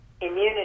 immunity